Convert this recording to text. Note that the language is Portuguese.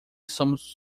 somos